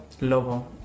Lobo